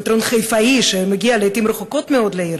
תיאטרון חיפאי שמגיע לעתים רחוקות מאוד לעיר,